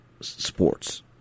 sports